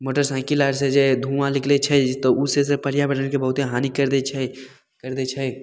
motorcycle आरसे जे धुआँ निकलैत छै तऽ से से पर्याबरणके बहुते हानी करि दै छै करि दै छै